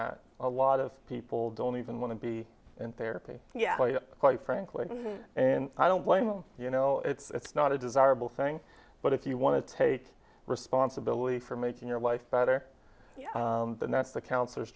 at a lot of people don't even want to be in therapy yet quite frankly and i don't blame them you know it's not a desirable thing but if you want to take responsibility for making your life better and that's the counsellors